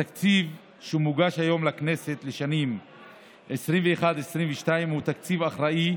התקציב שמוגש היום לכנסת לשנים 2021 ו-2022 הוא תקציב אחראי,